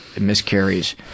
miscarries